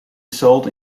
sold